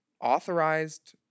authorized